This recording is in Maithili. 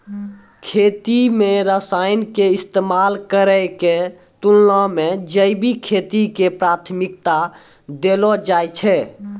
खेती मे रसायन के इस्तेमाल करै के तुलना मे जैविक खेती के प्राथमिकता देलो जाय छै